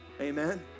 Amen